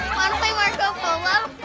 play marco polo? no,